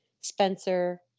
Spencer